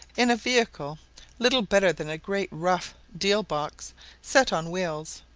in a vehicle little better than a great rough deal box set on wheels,